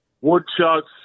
woodchucks